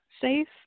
safe